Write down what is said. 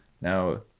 now